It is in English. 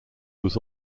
was